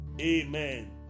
Amen